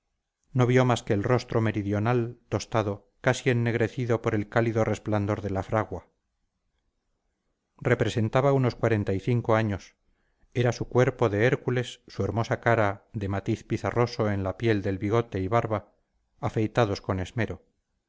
no vio más que el rostro meridional tostado casi ennegrecido por el cálido resplandor de la fragua representaba unos cuarenta y cinco años era su cuerpo de hércules su hermosa cara de matiz pizarroso en la piel del bigote y barba afeitados con esmero